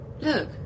Look